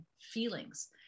feelings